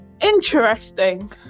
Interesting